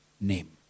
name